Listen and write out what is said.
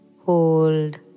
Hold